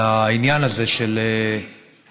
על העניין הזה של סגירת,